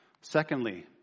Secondly